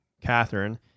Catherine